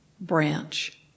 branch